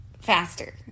Faster